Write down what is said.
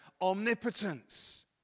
omnipotence